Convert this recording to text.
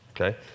okay